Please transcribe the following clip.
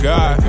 God